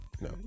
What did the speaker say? no